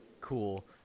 Cool